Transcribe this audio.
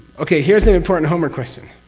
okay, here's the important homework question